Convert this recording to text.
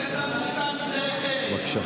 בבקשה.